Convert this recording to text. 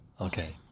Okay